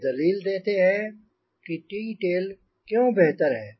वे दलील देते हैं कि टी टेल क्यों बेहतर है